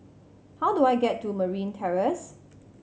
how do I get to Marine Terrace